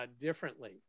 differently